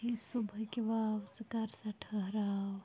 A صُبہٕکہِ واو ژٕ کَر سا ٹھٕہراو